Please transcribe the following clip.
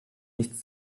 nichts